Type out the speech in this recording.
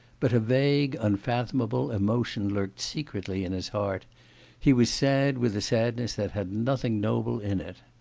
but a vague, unfathomable emotion lurked secretly in his heart he was sad with a sadness that had nothing noble in it.